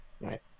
Right